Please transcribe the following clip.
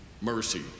mercy